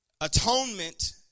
Atonement